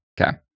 okay